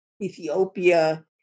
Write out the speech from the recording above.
Ethiopia